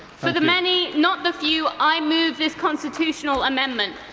for the many, not the few, i move this constitutional amendment.